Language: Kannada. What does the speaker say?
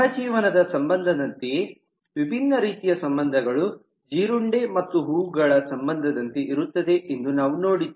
ಸಹಜೀವನದ ಸಂಬಂಧದಂತೆಯೇ ವಿಭಿನ್ನ ರೀತಿಯ ಸಂಬಂಧಗಳು ಜೀರುಂಡೆ ಮತ್ತು ಹೂವುಗಳ ಸಂಬಂಧದಂತೆ ಇರುತ್ತದೆ ಎಂದು ನಾವು ನೋಡಿದ್ದೇವೆ